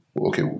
okay